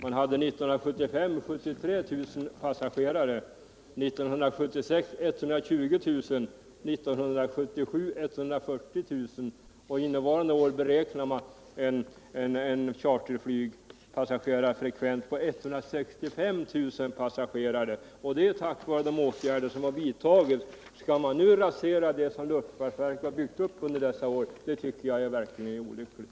Man hade 1975 73 000 passagerare, 1976 120 000 och 1977 140 000. Innevarande år beräknar man en charterflygpassagerarfrekvens på 165 000, och det är tack vare de åtgärder som har vidtagits. Att nu rasera det som luftfartsverket har byggt upp under dessa år, det tycker jag verkligen vore olyckligt.